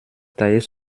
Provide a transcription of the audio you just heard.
tailler